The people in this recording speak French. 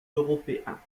européens